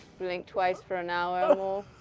blink twice for an hour